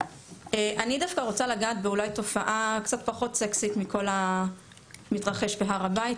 אני רוצה לגעת בתופעה קצת פחות סקסית מכל המתרחש בהר הבית,